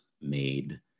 made